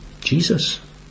Jesus